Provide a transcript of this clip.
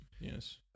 Yes